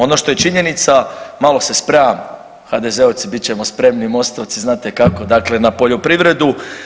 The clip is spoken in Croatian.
Ono što je činjenica malo se spremam HDZ-ovci bit ćemo spremni Mostavci znate kako, dakle na poljoprivredu.